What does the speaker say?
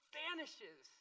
vanishes